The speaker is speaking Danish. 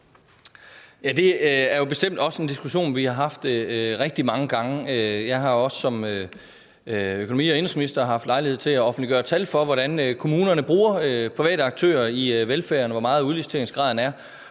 det er bestemt en diskussion, vi har haft rigtig mange gange. Jeg har også som økonomi- og indenrigsminister haft lejlighed til at offentliggøre tal for, hvordan kommunerne bruger private aktører i velfærden, og hvor stor udliciteringsgraden er.